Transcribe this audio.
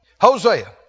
Hosea